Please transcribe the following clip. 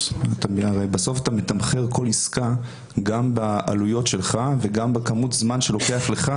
שבסוף אתה מתמחר כל עסקה גם בעלויות שלך וגם בכמות הזמן שלוקח לך